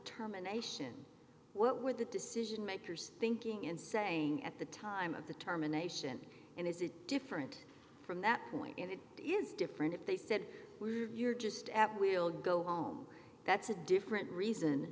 terminations what were the decision makers thinking and saying at the time of the terminations and is it different from that point if it is different if they said we're just at will go home that's a different reason